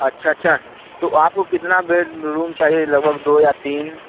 अच्छा अच्छा तो आपको कितना बेडरूम चाहिए लगभग दो या तीन